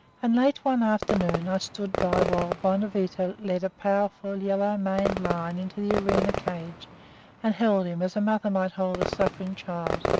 and late one afternoon i stood by while bonavita led a powerful, yellow-maned lion into the arena cage and held him, as a mother might hold a suffering child,